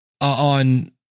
on